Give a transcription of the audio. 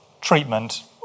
treatment